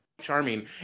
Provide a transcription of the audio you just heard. charming